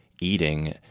eating